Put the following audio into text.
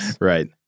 Right